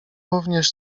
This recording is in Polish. również